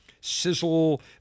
sizzle